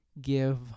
give